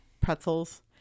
pretzels